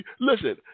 Listen